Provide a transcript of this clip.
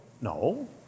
no